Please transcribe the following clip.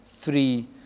three